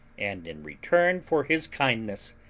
and, in return for his kindness,